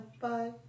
bye